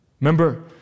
Remember